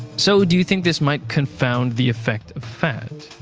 so, do think this might confound the effect of fat?